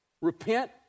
Repent